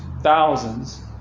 thousands